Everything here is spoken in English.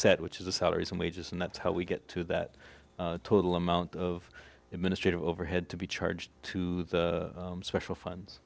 set which is the salaries and wages and that's how we get to that total amount of administrate overhead to be charged to the special funds